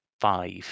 five